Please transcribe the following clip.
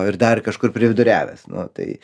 ir dar kažkur priduriavęs nu tai